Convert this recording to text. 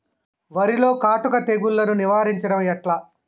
వరిలో కాటుక తెగుళ్లను నివారించడం ఎట్లా?